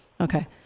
Okay